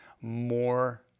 more